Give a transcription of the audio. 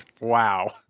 wow